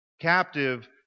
captive